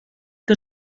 que